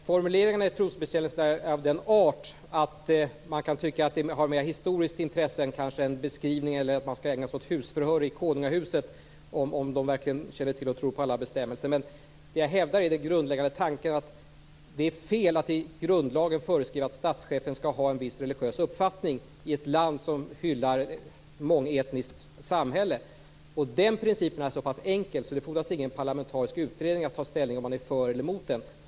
Fru talman! Man kan tycka att formuleringarna i trosbekännelsen är av mer historiskt intresse. Man skall inte ägna sig åt husförhör i konungahuset och ta reda på om de verkligen känner till och tror på alla bestämmelser. Det jag hävdar är den grundläggande tanken att det är fel att i grundlagen föreskriva att statschefen skall ha en viss religiös uppfattning i ett mångetniskt samhälle. Den principen är så pass enkel att det inte fordras någon parlamentarisk utredning för att ta ställning till om man är för eller emot detta.